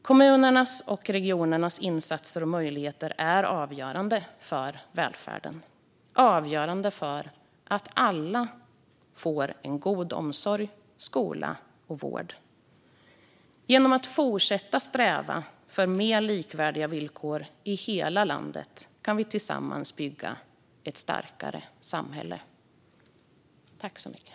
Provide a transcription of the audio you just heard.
Kommunernas och regionernas insatser och möjligheter är avgörande för välfärden och avgörande för att alla ska få god omsorg, skola och vård. Genom att fortsätta sträva för mer likvärdiga villkor i hela landet kan vi tillsammans bygga ett starkare samhälle. Jag yrkar bifall till förslaget och avslag på motionerna.